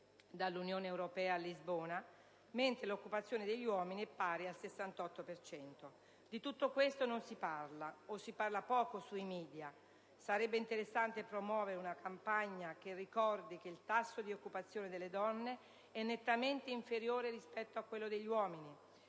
dall'Unione europea a Lisbona, mentre l'occupazione degli uomini è pari al 68 per cento. Di tutto questo non si parla, o si parla molto poco, sui *media*. Sarebbe interessante promuovere una campagna che ricordi che il tasso di occupazione delle donne è nettamente inferiore rispetto a quello degli uomini;